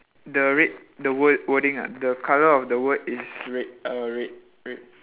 the red the word wording ah the colour of the word is red err red red